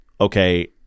okay